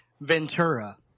Ventura